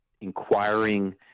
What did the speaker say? inquiring